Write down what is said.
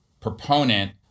proponent